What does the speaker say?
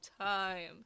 time